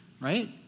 right